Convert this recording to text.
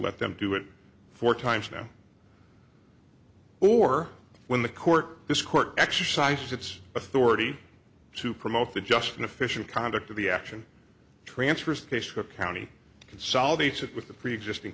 let them do it four times now or when the court this court exercised its authority to promote the just an official conduct of the action transfers case cook county consolidates it with the preexisting